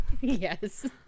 yes